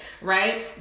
right